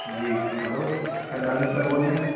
جی hello کیا Danish sir بول رہے ہیں